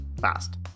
fast